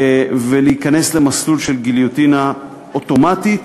ולהיכנס למסלול של גיליוטינה אוטומטית.